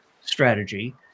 strategy